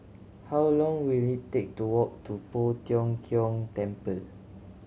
how long will it take to walk to Poh Tiong Kiong Temple